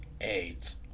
AIDS